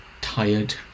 tired